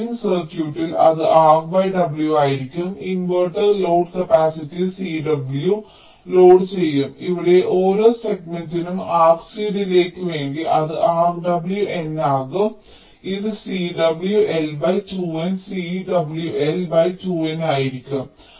അതിനാൽ ഡ്രൈവിംഗ് സർക്യൂട്ടിൽ അത് R W ആയിരിക്കും inverter load capacity Cw load ചെയ്യും ഇവിടെ ഓരോ സെഗ്മെന്റിനും RC ഡിലേയ്ക്കുവേണ്ടി അത് Rw N ആകും ഇത് Cw L 2 N CW L 2 N ആയിരിക്കും